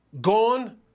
gone –